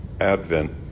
Advent